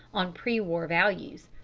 on pre-war values.